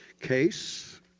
Case